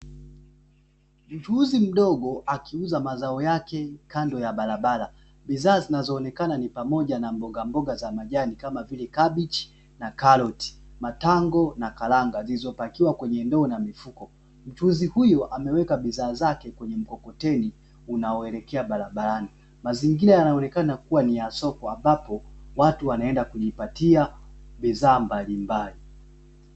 Mchuuzi mdogo akiuza mazao yake kando ya barabara bidhaa zinazoonekana ni pamoja na mbogamboga za majani kama vile: kabichi na karoti, matango na karanga zilizopakiwa kwenye ndoo na mifuko mchuuzi huyu ameweka bidhaa zake kwenye mkokoteni unaoelekea barabarani, mazingira yanaonekana kuwa ni ya soko ambapo watu wanaenda kujipatia bidhaa mbalimbali.